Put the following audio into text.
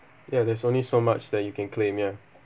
ya there's only so much that you can claim ya